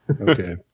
Okay